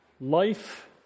life